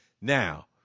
Now